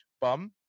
bum